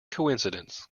coincidence